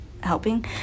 helping